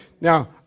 Now